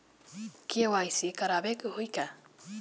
KYC करावे के होई का?